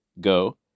go